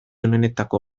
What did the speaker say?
onenetako